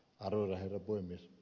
arvoisa herra puhemies